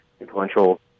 influential